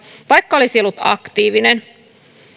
vaikka olisi ollut aktiivinen